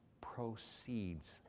proceeds